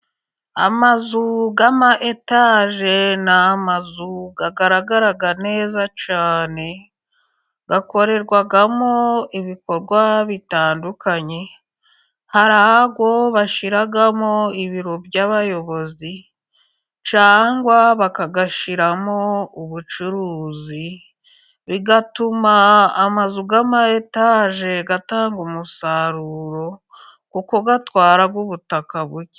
Amazu y'ama etaje ni amazu agaragara neza cyane akorerwamo ibikorwa bitandukanye ,hari ayo bashiramo ibiro by'abayobozi ,cyangwa bakayashyiramo ubucuruzi ,bigatuma amazu y'ama etaje atanga umusaruro kuko atwara ubutaka buke.